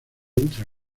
entre